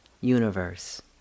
universe